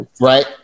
Right